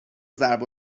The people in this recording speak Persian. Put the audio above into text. ضرب